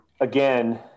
again